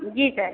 जी sir